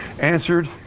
answered